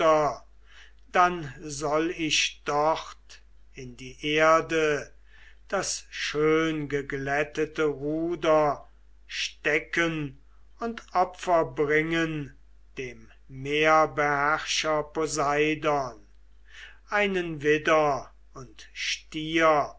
dann soll ich dort in die erde das schöngeglättete ruder stecken und opfer bringen dem meerbeherrscher poseidon einen widder und stier